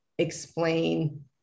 explain